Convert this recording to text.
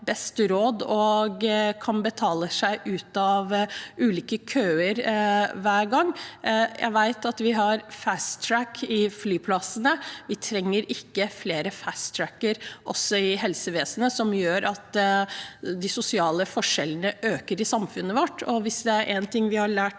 og kan betale seg ut av ulike køer hver gang. Jeg vet at vi har «fast track» på flyplassene. Vi trenger ikke flere «fast track»-er i helsevesenet som gjør at de sosiale forskjellene øker i samfunnet vårt. Hvis det er én ting vi har lært